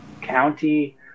county